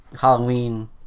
Halloween